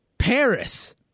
Paris